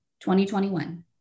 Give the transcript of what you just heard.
2021